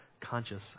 Conscious